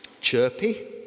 Chirpy